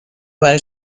برای